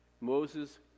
Moses